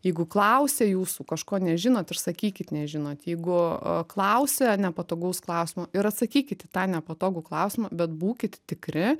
jeigu klausia jūsų kažko nežinot ir sakykit nežinot jeigu klausia nepatogaus klausimo ir atsakykit į tą nepatogų klausimą bet būkit tikri